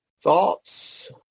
Thoughts